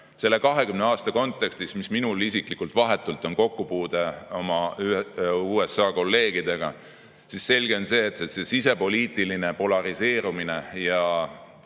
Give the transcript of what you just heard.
selle 20 aasta kontekstis, mis minul isiklikult on olnud vahetu kokkupuude oma USA kolleegidega, et selge on see: sisepoliitiline polariseerumine ja